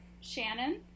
Shannon